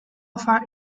far